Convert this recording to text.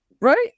Right